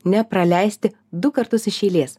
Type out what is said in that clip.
nepraleisti du kartus iš eilės